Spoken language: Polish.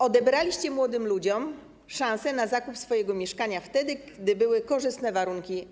Odebraliście młodym ludziom szansę na zakup swojego mieszkania wtedy, gdy na rynku były korzystne warunki.